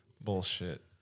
Bullshit